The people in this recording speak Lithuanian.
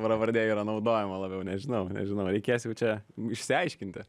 pravardė yra naudojama labiau nežinau nežinau reikės jau čia išsiaiškinti